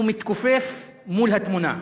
הוא מתכופף מול התמונה.